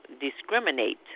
discriminate